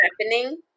happening